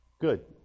Good